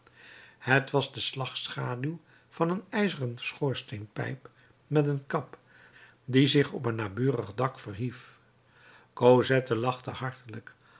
t was de slagschaduw van een ijzeren schoorsteenpijp met een kap die zich op een naburig dak verhief cosette lachte hartelijk